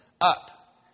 Up